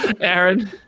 Aaron